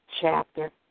chapter